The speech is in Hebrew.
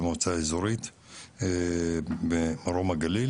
מועצה אזורית מרום הגליל.